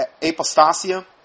Apostasia